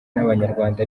n’abanyarwanda